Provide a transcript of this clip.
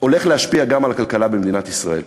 הולך להשפיע גם על הכלכלה במדינת ישראל.